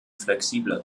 flexibler